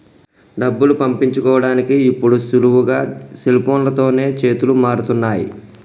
డబ్బులు పంపించుకోడానికి ఇప్పుడు సులువుగా సెల్ఫోన్లతోనే చేతులు మారుతున్నయ్